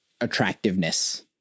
attractiveness